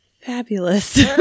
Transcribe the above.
fabulous